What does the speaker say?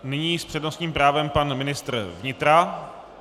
Nyní s přednostním právem pan ministr vnitra.